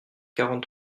quarante